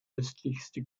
östlichste